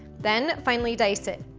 then, finely dice it.